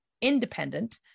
independent